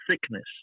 thickness